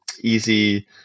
easy